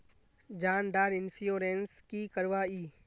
जान डार इंश्योरेंस की करवा ई?